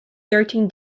thirteen